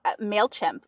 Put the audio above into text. MailChimp